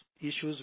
issues